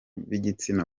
b’igitsina